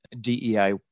DEI